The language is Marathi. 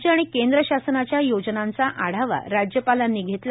राज्य आणि केंद्र शासनाच्या योजनांचा आढावा राज्यपाल यांनी घेतला